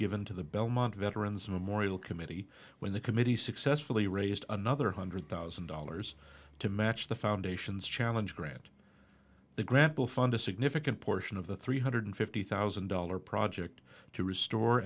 given to the belmont veterans memorial committee when the committee successfully raised another hundred thousand dollars to match the foundation's challenge grant the grant will fund a significant portion of the three hundred fifty thousand dollar project to restore